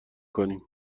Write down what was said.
کنیم